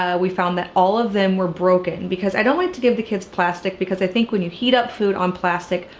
ah we found that all of them were broken because i don't like to give the kids plastic because i think when you heat up food on plastic,